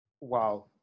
Wow